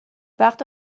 وقت